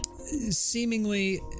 seemingly